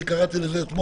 איך קראתי לזה אתמול?